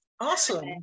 Awesome